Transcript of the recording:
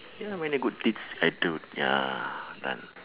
ya many good deeds I do ya done